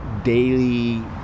daily